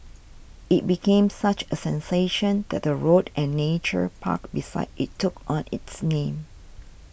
it became such a sensation that a road and nature park beside it took on its name